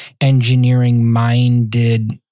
engineering-minded